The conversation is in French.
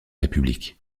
république